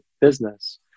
business